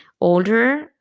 older